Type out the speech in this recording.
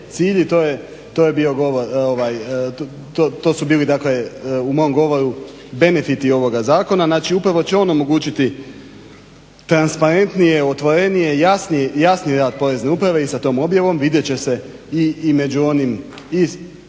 to su bili u mom govoru benefiti ovoga zakona. Znači upravo će on omogućiti transparentnije, otvorenije, jasniji rad Porezne uprave i s tom objavom vidjet će se među onim dakle